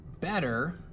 better